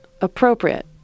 appropriate